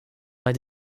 bei